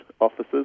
officers